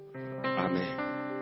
amen